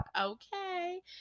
Okay